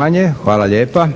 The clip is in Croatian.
Josip (SDP)**